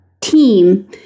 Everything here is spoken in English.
team